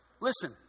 Listen